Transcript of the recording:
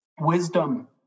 wisdom